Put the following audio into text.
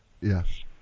Yes